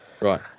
right